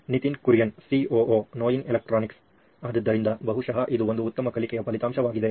Nitin Kurian COO ನೋಯಿನ್ electronics ಆದ್ದರಿಂದ ಬಹುಶಃ ಇದು ಒಂದು ಉತ್ತಮ ಕಲಿಕೆಯ ಫಲಿತಾಂಶವಾಗಿದೆ